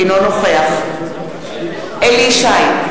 אינו נוכח אליהו ישי,